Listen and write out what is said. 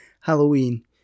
Halloween